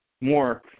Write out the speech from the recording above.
more